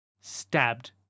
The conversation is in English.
stabbed